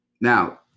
now